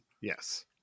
Yes